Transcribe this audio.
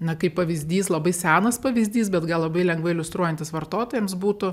na kaip pavyzdys labai senas pavyzdys bet gal labai lengvai iliustruojantis vartotojams būtų